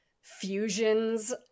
Fusions